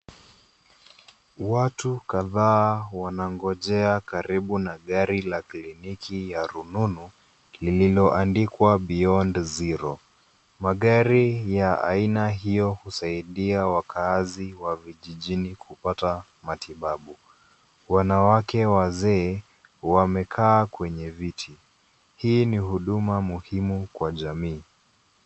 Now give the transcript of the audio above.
Watu kadhaa wanangojea karibu na gari la kliniki ya rununu liliyoandikwa Beyond Zero. Magari ya aina hio husaidia wakaazi wa vijijini kupata matibabu. Wanawake wazee wamekaa kwenye viti. Hii ni huduma muhimi kwa jamii.